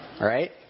right